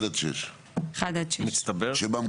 1 6. 1 6. במצטבר.